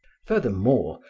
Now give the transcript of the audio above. furthermore,